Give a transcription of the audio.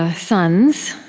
ah sons,